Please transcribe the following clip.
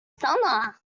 summer